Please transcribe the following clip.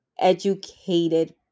educated